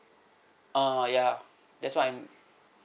uh ya that's why I'm